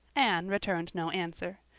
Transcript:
anne returned no answer.